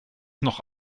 noch